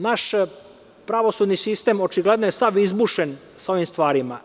Naš pravosudni sistem očigledno je sav izbušen sa ovim stvarima.